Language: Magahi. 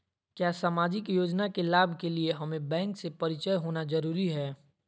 क्या सामाजिक योजना के लाभ के लिए हमें बैंक से परिचय होना जरूरी है?